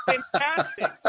Fantastic